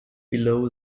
below